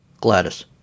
Gladys